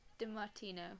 DiMartino